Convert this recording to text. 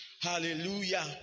Hallelujah